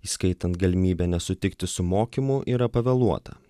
įskaitant galimybę nesutikti su mokymu yra pavėluota